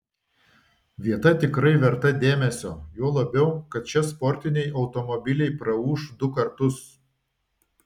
vieta tikrai verta dėmesio juo labiau kad čia sportiniai automobiliai praūš du kartus